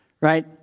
right